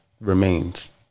remains